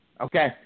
Okay